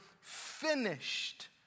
finished